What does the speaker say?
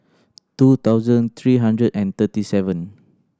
two thoudand three hundred and thirty seven